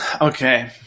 okay